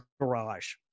garage